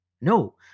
No